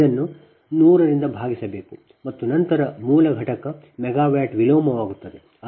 ಇದನ್ನು 100 ರಿಂದ ಭಾಗಿಸಬೇಕು ಮತ್ತು ನಂತರ ಅದು ಮೂಲ ಘಟಕ ಮೆಗಾವ್ಯಾಟ್ ವಿಲೋಮವಾಗುತ್ತದೆ